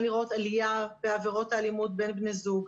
לראות עלייה בעבירות האלימות בין בני זוג,